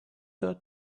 her